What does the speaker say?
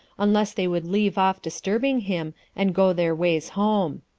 unless they would leave off disturbing him, and go their ways home.